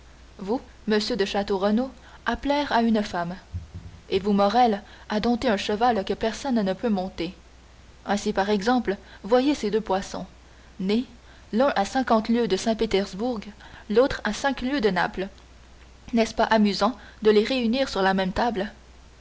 vous monsieur de château renaud à plaire à une femme et vous morrel à dompter un cheval que personne ne peut monter ainsi par exemple voyez ces deux poissons nés l'un à cinquante lieues de saint-pétersbourg l'autre à cinq lieues de naples n'est-ce pas amusant de les réunir sur la même table